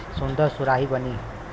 सुन्दर सुराही बनी